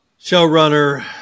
showrunner